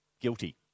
guilty